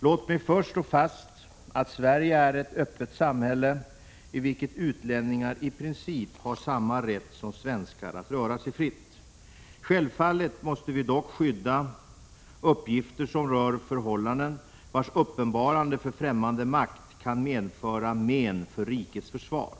Låt mig först slå fast att Sverige är ett öppet samhälle i vilket utlänningar i princip har samma rätt som svenskar att röra sig fritt. Självfallet måste vi dock skydda uppgifter som rör förhållanden, vars uppenbarande för främmande makt kan medföra men för rikets försvar. Det Prot.